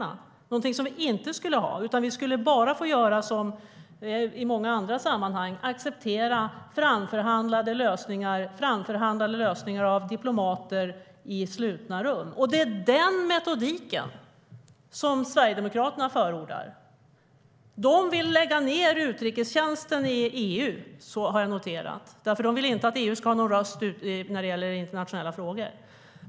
Det är någonting vi inte skulle ha annars, utan vi skulle bara få göra som i många andra sammanhang och acceptera framförhandlade lösningar av diplomater i slutna rum. Det är denna metodik Sverigedemokraterna förordar. De vill lägga ned utrikestjänsten i EU, har jag noterat, för de vill inte att EU ska ha någon röst när det gäller internationella frågor.